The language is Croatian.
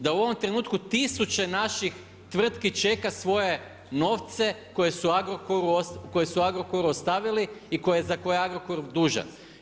Da u ovom trenutku tisuće naših tvrtki čeka svoje novce koje su Agrokoru ostaviti i za koje je Agrokor dužan.